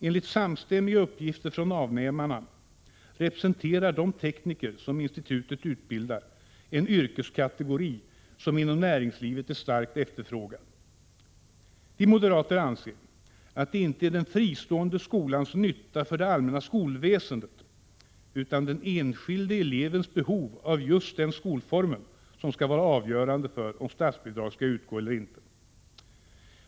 Enligt samstämmiga uppgifter från avnämarna representerar de tekniker som institutet utbildar en yrkeskategori som är starkt efterfrågad inom näringslivet. Vi moderater anser att det inte är den fristående skolans nytta för det allmänna skolväsendet utan den enskilde elevens behov av just den skolformen som skall vara avgörande för om statsbidrag skall utgå eller inte.